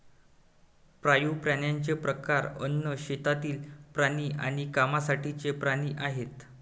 पाळीव प्राण्यांचे प्रकार अन्न, शेतातील प्राणी आणि कामासाठीचे प्राणी आहेत